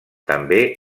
també